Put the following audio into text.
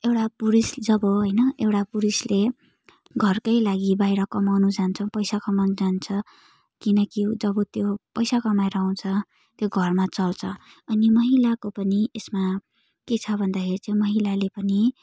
एउटा पुरुष जब होइन एउटा पुरुषले घरकै लागि बाहिर कमाउनु जान्छ पैसा कमाउनु जान्छ किनकि जब त्यो पैसा कमाएर आउँछ त्यो घरमा चल्छ अनि महिलाको पनि यसमा के छ भन्दाखेरि महिलाले पनि